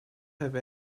have